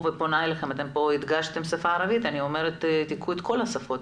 אתם הדגשתם כאן שפה ערבית ואני אומרת שתיקחו את כל השפות,